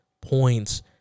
points